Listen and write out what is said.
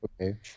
okay